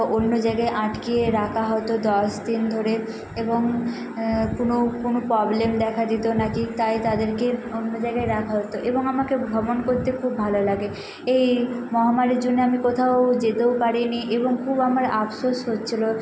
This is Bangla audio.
অন্য জায়গায় আটকে রাখা হতো দশ দিন ধরে এবং কোনো কোনো প্রবলেম দেখা যেত না কি তাই তাদেরকে অন্য জায়গায় রাখা হতো এবং আমাকে ভ্রমণ করতে খুব ভালো লাগে এই মহামারীর জন্যে আমি কোথাও যেতেও পারি নি এবং পুরো আমার আফসোস হচ্ছিলো